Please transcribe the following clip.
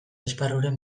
esparruren